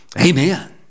Amen